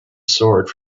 sword